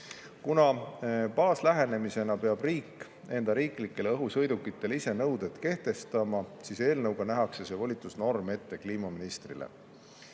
Kuna baaslähenemisena peab riik enda riiklikele õhusõidukitele ise nõuded kehtestama, siis eelnõu kohaselt nähakse ette [anda] see volitusnorm kliimaministrile.